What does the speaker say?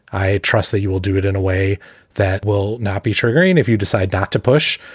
i trust that you will do it in a way that will not be triggering if you decide not to push.